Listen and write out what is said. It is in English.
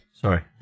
Sorry